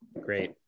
Great